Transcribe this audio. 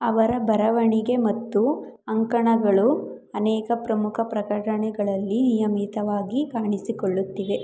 ಅವರ ಬರವಣಿಗೆ ಮತ್ತು ಅಂಕಣಗಳು ಅನೇಕ ಪ್ರಮುಕ ಪ್ರಕಟಣೆಗಳಲ್ಲಿ ನಿಯಮಿತವಾಗಿ ಕಾಣಿಸಿಕೊಳ್ಳುತ್ತಿವೆ